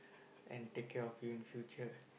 and take care of you in future